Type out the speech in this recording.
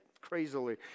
crazily